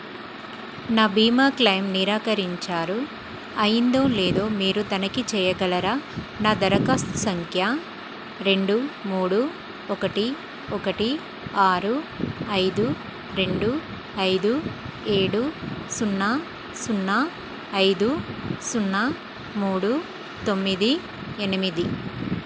నా బీమా క్లైమ్ నిరాకరించారు అయ్యిందో లేదో మీరు తనిఖీ చేయగలరా నా దరఖాస్తు సంఖ్య రెండు మూడు ఒకటి ఒకటి ఆరు ఐదు రెండు ఐదు ఏడు సున్నా సున్నా ఐదు సున్నా మూడు తొమ్మిది ఎనిమిది